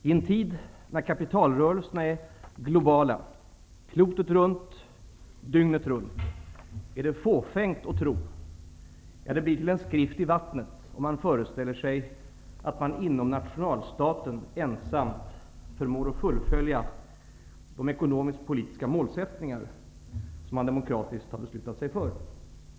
I en tid då kapitalrörelserna är globala, klotet runt, dygnet runt, är det fåfängt att tro att man inom nationalstaten ensam förmår fullfölja de ekonomisk-politiska målsättningar man demokratiskt har beslutat sig för. De blir till en skrift på vattnet.